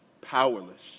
powerless